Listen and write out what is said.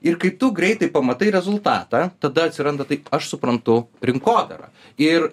ir kai tu greitai pamatai rezultatą tada atsiranda aš suprantu rinkodarą ir